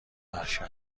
عرشه